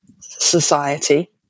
society